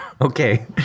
Okay